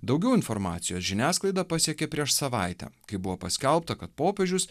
daugiau informacijos žiniasklaida pasiekė prieš savaitę kai buvo paskelbta kad popiežius